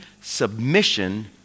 submission